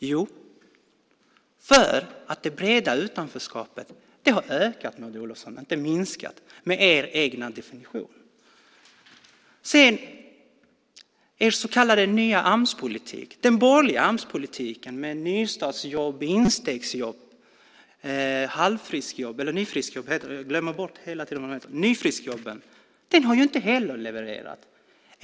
Jo, för att med er definition har det breda utanförskapet ökat och inte minskat. Er så kallade nya Amspolitik, den borgerliga Amspolitiken, med nystartsjobb, instegsjobb och nyfriskjobb har inte heller levererat.